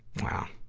wow.